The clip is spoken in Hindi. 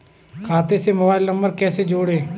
खाते से मोबाइल नंबर कैसे जोड़ें?